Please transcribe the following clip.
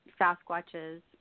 Sasquatches